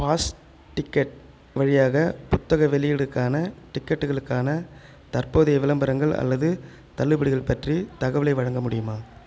fast ticket வழியாக புத்தக வெளியீடுக்கான டிக்கெட்டுகளுக்கான தற்போதைய விளம்பரங்கள் அல்லது தள்ளுபடிகள் பற்றி தகவலை வழங்க முடியுமா